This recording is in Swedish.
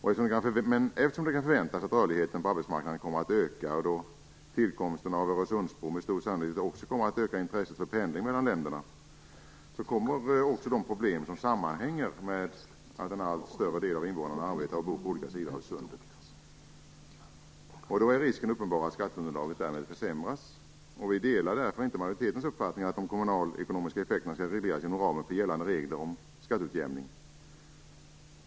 Men eftersom det kan förväntas att rörligheten på arbetsmarknaden kommer att öka och då tillkomsten av Öresundsbron med stor sannolikhet också kommer att öka intresset för pendling mellan länderna, kommer också de problem som sammanhänger med att en allt större del av invånarna arbetar och bor på olika sidor av sundet att öka. Risken är uppenbar att skatteunderlaget därmed försämras. Vi delar därför inte majoritetens uppfattning att de kommunalekonomiska effekterna skall regleras inom ramen för gällande regler om skatteutjämning.